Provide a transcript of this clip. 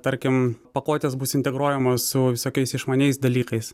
tarkim pakuotės bus integruojamos su visokiais išmaniais dalykais